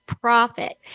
profit